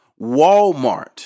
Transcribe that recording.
Walmart